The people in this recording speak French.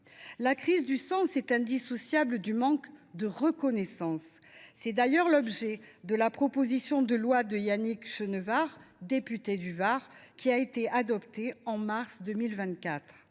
La crise du sens est indissociable du manque de reconnaissance. C’est d’ailleurs l’objet de la proposition de loi de Yannick Chenevard, député du Var, texte adopté par